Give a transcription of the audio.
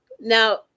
Now